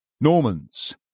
Normans